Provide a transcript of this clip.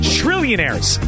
trillionaires